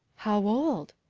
how old?